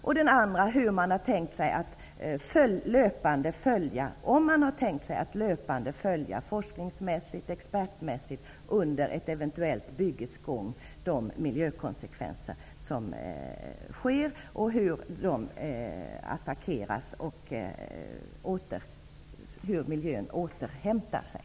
Jag har också frågat om man under ett eventuellt byggandes gång på ett forsknings och expertmässigt sätt fortlöpande har tänkt följa vilka miljökonsekvenser det blir, hur de attackeras och hur miljön återhämtar sig.